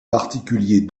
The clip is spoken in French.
particulier